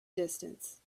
distance